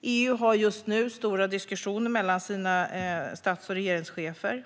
I EU pågår just nu stora diskussioner mellan stats och regeringscheferna,